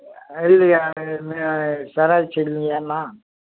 இல்லையே ஏதுமே செராக்ஸ் இல்லையே ஒன்றும்